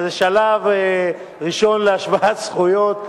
אבל זה שלב ראשון להשוואת זכויות.